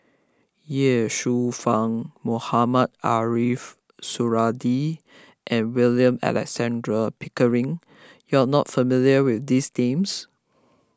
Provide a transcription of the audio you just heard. Ye Shufang Mohamed Ariff Suradi and William Alexander Pickering you are not familiar with these dames